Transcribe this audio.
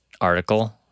article